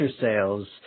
sales